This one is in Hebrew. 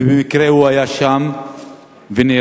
ובמקרה הוא היה שם ונהרג.